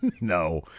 No